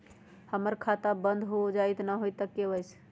हमर खाता बंद होजाई न हुई त के.वाई.सी?